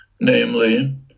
namely